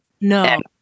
no